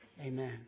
Amen